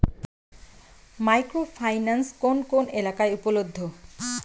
Micro finance কোন কোন এলাকায় উপলব্ধ?